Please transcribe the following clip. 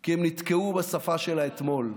כי הם נתקעו בשפה של האתמול,